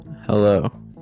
Hello